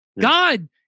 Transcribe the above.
God